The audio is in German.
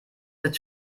sitzt